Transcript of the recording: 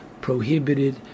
prohibited